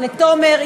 לתומר,